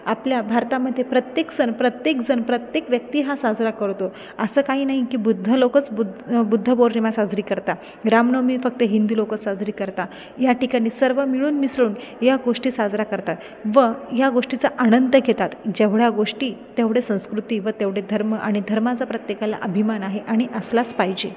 आपल्या भारतामध्ये प्रत्येक सण प्रत्येक जण प्रत्येक व्यक्ती हा साजरा करतो असं काही नाही की बुद्ध लोकच बुद बुद्धपौर्णिमा साजरी करतात रामनवमी फक्त हिंदू लोकच साजरी करतात या ठिकाणी सर्व मिळून मिसळून या गोष्टी साजरा करतात व ह्या गोष्टीचा आनंद घेतात जेवढ्या गोष्टी तेवढे संस्कृती व तेवढे धर्म आणि धर्माचा प्रत्येकाला अभिमान आहे आणि असलाच पाहिजे